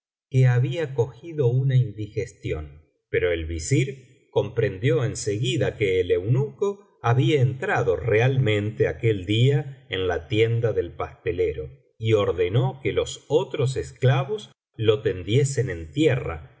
que había cogido una indigestión pero el visir comprendió en seguida que el eunuco había entrado realmente aquel día en la tienda del pastelero y ordenó que los otros esclavos lo tendiesen en tierra